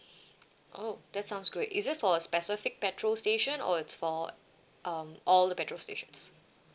oh that sounds great is it for a specific petrol station or it's for um all the petrol stations